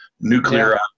nuclear